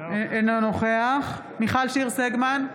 אינו נוכח מיכל שיר סגמן,